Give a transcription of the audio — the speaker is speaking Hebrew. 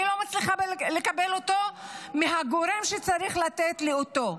אני לא מצליחה לקבל אותו מהגורם שצריך לתת לי אותו.